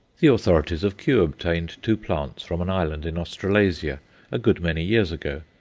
the authorities of kew obtained two plants from an island in australasia a good many years ago.